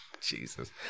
Jesus